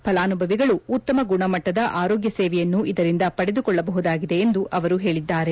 ಫಲಾನುಭವಿಗಳು ಉತ್ತಮ ಗುಣಮಟ್ಲದ ಆರೋಗ್ಯ ಸೇವೆಯನ್ನು ಇದರಿಂದ ಪಡೆದುಕೊಳ್ಳಬಹುದಾಗಿದೆ ಎಂದು ಅವರು ಹೇಳಿದ್ದಾರೆ